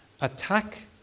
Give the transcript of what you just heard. attack